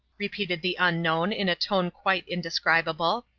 repeated the unknown in a tone quite indescribable.